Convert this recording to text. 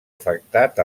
afectat